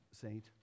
saint